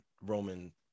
Roman